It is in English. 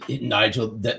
Nigel